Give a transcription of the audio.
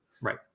Right